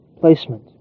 placement